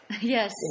yes